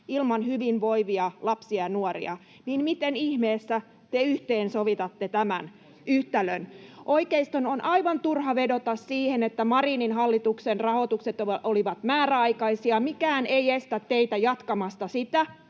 ilman hyvinvoivia lapsia ja nuoria, niin miten ihmeessä te yhteensovitatte tämän yhtälön. Oikeiston on aivan turha vedota siihen, että Marinin hallituksen rahoitukset olivat määräaikaisia. Mikään ei estä teitä jatkamasta sitä